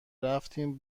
رفتیم